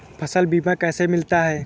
फसल बीमा कैसे मिलता है?